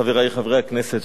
חברי חברי הכנסת,